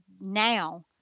now